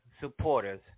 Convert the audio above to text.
supporters